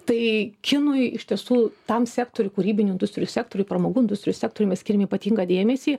tai kinui iš tiesų tam sektoriui kūrybinių industrijų sektoriui pramogų industrijos sektoriui mes skiriame ypatingą dėmesį